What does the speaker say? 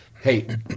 hey